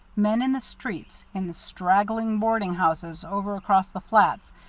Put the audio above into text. men in the streets, in the straggling boarding houses over across the flats,